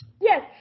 Yes